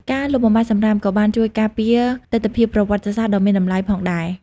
ការលុបបំបាត់សំរាមក៏បានជួយការពារទិដ្ឋភាពប្រវត្តិសាស្ត្រដ៏មានតម្លៃផងដែរ។